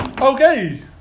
Okay